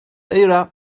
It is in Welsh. eira